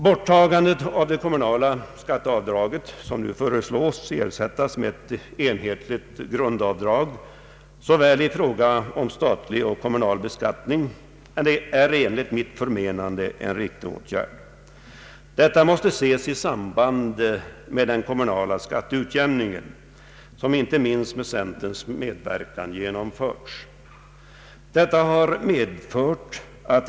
Borttagandet av det kommunala skatteavdraget — som föreslås bli utbytt mot ett enhetligt grundavdrag — vid både statlig och kommunal beskattning är enligt mitt förmenande en riktig åtgärd. Detta måste ses i samband med den kommunala skatteutjämning som inte minst med centerns medverkan har genomförts.